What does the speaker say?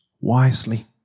wisely